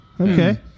okay